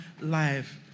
life